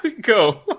Go